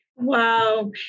Wow